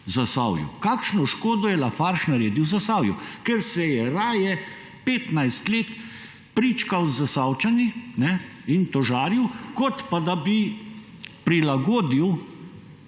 Zasavju! Kakšno škodo je Lafarge naredil Zasavju, ker se je raje 15 let pričkal z Zasavčani in tožaril kot pa, da bi prilagodil